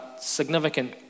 significant